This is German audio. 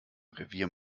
revier